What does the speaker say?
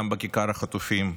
גם בכיכר החטופים,